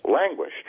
languish